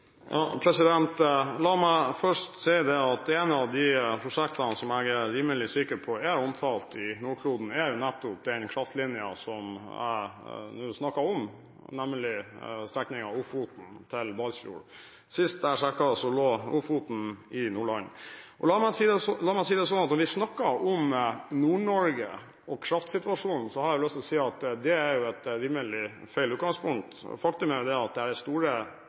La meg først si at et av de prosjektene som jeg er rimelig sikker på er omtalt i Nordkloden, er nettopp den kraftlinjen som jeg snakket om, nemlig strekningen Ofoten–Balsfjord. Sist jeg sjekket, lå Ofoten i Nordland. La meg si det sånn at når vi snakker om Nord-Norge og kraftsituasjonen, har jeg lyst til å si at det er et rimelig feil utgangspunkt. Faktum er at det er store